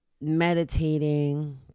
meditating